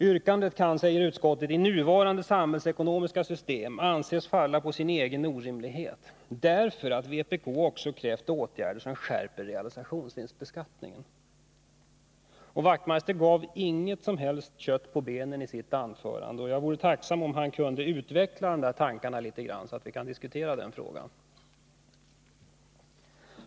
Yrkandet kan — säger utskottet — i nuvarande samhällsekonomiska system anses falla på sin egen orimlighet, därför att vpk också krävt åtgärder som skärper realisationsvinstbeskattningen. Herr Wachtmeister satte inget kött på benen i fråga om utskottets uttalande, men jag vore tacksam om han ville utveckla dessa tankar litet grand, så att vi kunde diskutera den frågan.